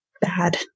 bad